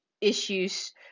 issues